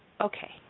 okay